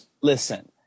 listen